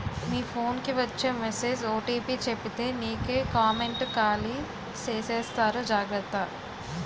మీ phone కి వచ్చే message OTP చెప్పితే నీకే కామెంటు ఖాళీ చేసేస్తారు జాగ్రత్త